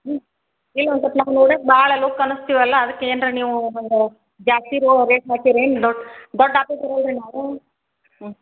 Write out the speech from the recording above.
ಹ್ಞೂ ಇಲ್ಲಿ ಒಂದು ಸ್ವಲ್ಪ ನಾವು ನೋಡೋಕ್ಕೆ ಭಾಳ ಲೋ ಕಾಣಿಸ್ತೀವಲ್ಲ ಅದಕ್ಕೆ ಏನ್ರೆ ನೀವೂ ಹಂಗೆ ಜಾಸ್ತಿ ರೇಟ್ ಹಾಕಿರೇನು ದೊಡ್ಡ ದೊಡ್ಡ ಆಫೀಸರ್ ಅಲ್ರಿ ನಾವು ಹ್ಞೂ